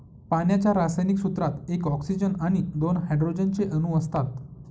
पाण्याच्या रासायनिक सूत्रात एक ऑक्सीजन आणि दोन हायड्रोजन चे अणु असतात